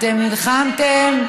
אתם נלחמתם,